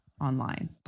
online